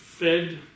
Fed